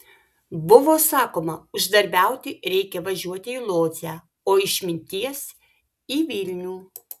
buvo sakoma uždarbiauti reikia važiuoti į lodzę o išminties į vilnių